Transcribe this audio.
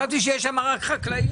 חשבתי שיש שם רק חקלאים.